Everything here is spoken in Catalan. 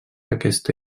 aquesta